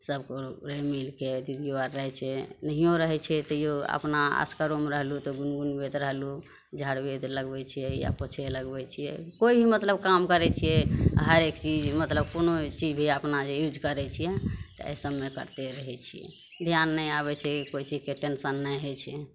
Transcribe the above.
सभ गोड़े मिलके दीदियो आर रहै छियै नहियो रहै छियै तइयो अपने अपना असगरोमे रहलहुॅं तऽ अपना गुनगुनबैत रहलहुॅं झाड़ू वेद लगबै छियै या पोछे लगबै छियै कोइ भी मतलब काम करै छियै हरेक चीज मतलब कोनो भी चीज भी अपना जे यूज करै छियै तऽ एहि सभमे करिते रहै छियै ध्यान नइ आबै छै कोइ चीज के टेंसन नइ हइ छै